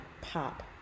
Pop